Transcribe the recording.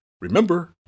Remember